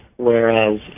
Whereas